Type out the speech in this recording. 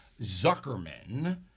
Zuckerman